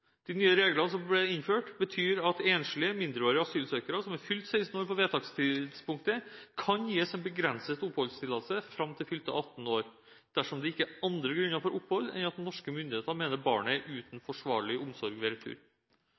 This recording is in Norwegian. De nye reglene som ble innført, betyr at enslige mindreårige asylsøkere som har fylt 16 år på vedtakstidspunktet, kan gis en begrenset oppholdstillatelse fram til fylte 18 år dersom det ikke er andre grunner for opphold enn at norske myndigheter mener at barnet er uten forsvarlig omsorg ved